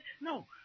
No